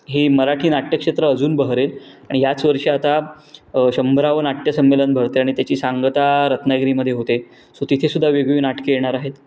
हे मराठी नाट्यक्षेत्र अजून बहरेल आणि याच वर्षी आता शंभरावं नाट्य संमेलन भरत आहे आणि त्याची सांगता रत्नागिरीमध्ये होते आहे सो तिथे सुद्धा वेगवेगळी नाटके येणार आहेत